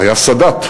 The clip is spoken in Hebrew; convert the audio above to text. היה סאדאת,